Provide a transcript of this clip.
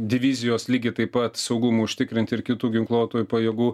divizijos lygiai taip pat saugumui užtikrinti ir kitų ginkluotųjų pajėgų